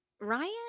Ryan